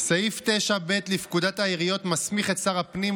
סעיף 9ב לפקודת העיריות מסמיך את שר הפנים,